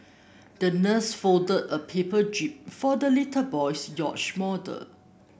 the nurse folded a paper jib for the little boy's yacht model